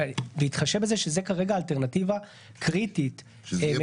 בהתחשב בזה שזו כרגע אלטרנטיבה קריטית -- שזה יהיה